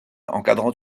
encadrant